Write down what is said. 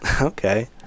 Okay